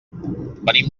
venim